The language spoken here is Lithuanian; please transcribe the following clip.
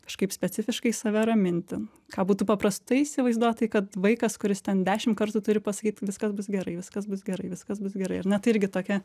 kažkaip specifiškai save raminti ką būtų paprastai įsivaizduot tai kad vaikas kuris ten dešimt kartų turi pasakyt viskas bus gerai viskas bus gerai viskas bus gerai ar ne tai irgi tokia